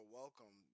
welcome